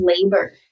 labor